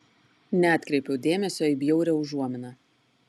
neatkreipiau dėmesio į bjaurią užuominą